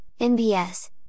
NBS